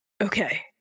Okay